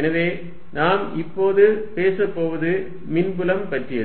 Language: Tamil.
எனவே நாம் இப்போது பேசப்போவது மின்புலம் பற்றியது